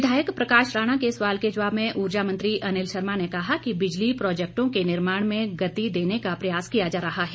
विधायक प्रकाश राणा के सवाल के जवाब में ऊर्जा मंत्री अनिल शर्मा ने कहा कि बिजली प्रोजैक्टों के निर्माण में गति देने का प्रयास किया जा रहा है